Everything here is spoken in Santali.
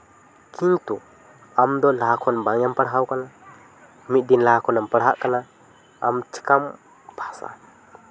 ᱠᱤᱱᱛᱩ ᱟᱢ ᱫᱚ ᱞᱟᱦᱟ ᱠᱷᱚᱱ ᱵᱟᱝ ᱮᱢ ᱯᱟᱲᱦᱟᱣ ᱟᱠᱟᱱᱟ ᱢᱤᱫ ᱫᱤᱱ ᱞᱟᱦᱟ ᱠᱷᱚᱱᱮᱢ ᱯᱟᱲᱦᱟᱜ ᱠᱟᱱᱟ ᱟᱢ ᱪᱤᱠᱟᱢ ᱯᱟᱥᱼᱟ